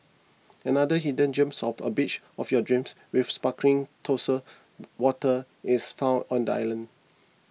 another hidden gems of a beach of your dreams with sparkling turquoise waters is found on the island